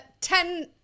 ten